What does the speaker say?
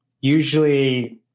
usually